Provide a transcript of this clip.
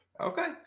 Okay